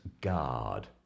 guard